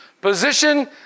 position